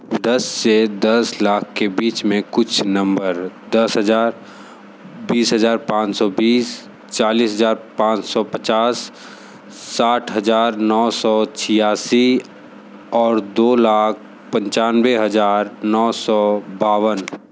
दस से दस लाख के बीच में कुछ नंबर दस हजार बीस हजार पाँच सौ बीस चालीस हजार पाँच सौ पचास साठ हजार नौ सौ छियासी और दो लाख पंचानवे हजार नौ सौ बावन